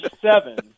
seven